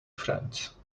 friends